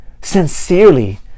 sincerely